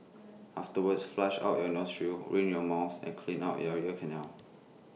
afterwards flush out your nostrils rinse your mouth and clean out you ear canals